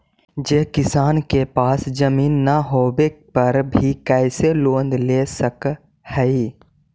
जे किसान के पास जमीन न होवे पर भी कैसे लोन ले सक हइ?